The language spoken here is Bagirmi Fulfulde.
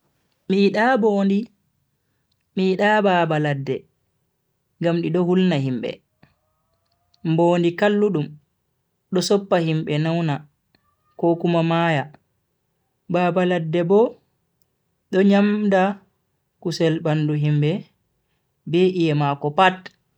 Mi yida mbondi, Mi yida baba ladde ngam di do hulna himbe. mbondi kalludun do soppa himbe nauna ko Kuma Maya. baba ladde bo do nyamda kusel bandu himbe be iye mako pat.